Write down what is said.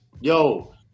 yo